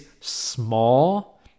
small